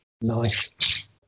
Nice